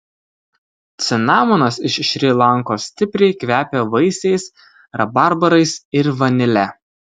cinamonas iš šri lankos stipriai kvepia vaisiais rabarbarais ir vanile